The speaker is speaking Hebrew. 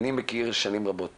אני מכיר שנים רבות